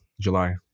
July